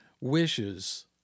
wishes